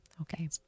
Okay